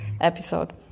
episode